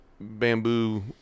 Bamboo